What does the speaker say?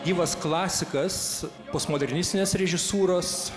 gyvas klasikas postmodernistinės režisūros